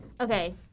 Okay